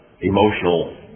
emotional